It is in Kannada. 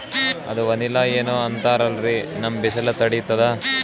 ಅದು ವನಿಲಾ ಏನೋ ಅಂತಾರಲ್ರೀ, ನಮ್ ಬಿಸಿಲ ತಡೀತದಾ?